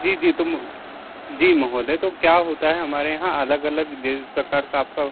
जी जी तो म जी महोदय तो क्या होता है हमारे यहाँ अलग अलग जिस प्रकार का आपका